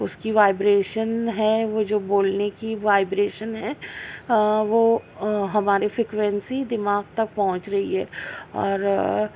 اس کی وائبریشن ہے وہ جو بولنے کی وائبریشن ہے وہ ہمارے فریکوینسی دماغ تک پہنچ رہی ہے اور